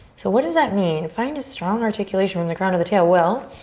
so what does that mean? find a strong articulation from the crown to the tail. well,